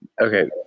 Okay